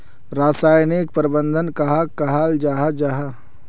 रासायनिक प्रबंधन कहाक कहाल जाहा जाहा?